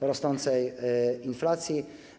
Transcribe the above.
rosnącej inflacji.